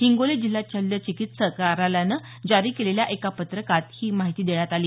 हिंगोली जिल्हा शल्यचिकित्सक कार्यालयानं जारी केलेल्या एका पत्रकात ही माहिती देण्यात आली